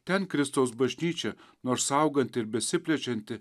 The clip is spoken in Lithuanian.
ten kristaus bažnyčia nors auganti ir besiplečianti